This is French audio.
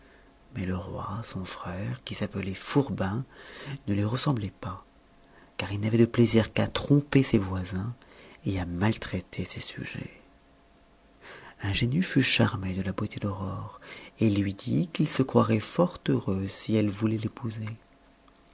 mais le roi son frère qui s'appelait fourbin ne lui ressemblait pas car il n'avait de plaisir qu'à tromper ses voisins et à maltraiter ses sujets ingénu fut charmé de la beauté d'aurore et lui dit qu'il se croirait fort heureux si elle voulait l'épouser